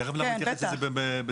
תכף נתייחס לזה.